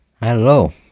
Hello